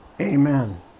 amen